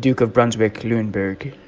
duke of brunswick-luneburg